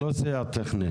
לא צריך תאגיד עזר לגבייה.